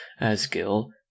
asgill